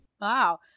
wow